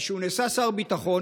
וכשהוא נעשה שר ביטחון,